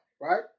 right